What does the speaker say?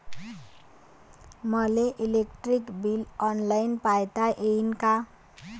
मले electric bill online पायता येईन का?